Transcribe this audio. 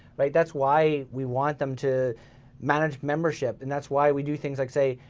right? that's why we want them to manage membership. and that's why we do things like say,